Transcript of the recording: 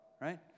right